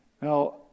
Now